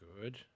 Good